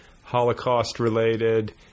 Holocaust-related